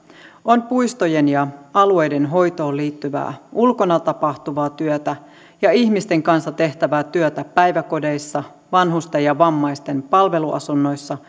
on puistojen ja alueiden hoitoon liittyvää ulkona tapahtuvaa työtä ja ihmisten kanssa tehtävää työtä päiväkodeissa vanhusten ja vammaisten palveluasunnoissa